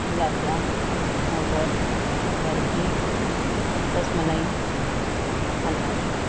गुलाबजाम modak barfi rasmalai हलवा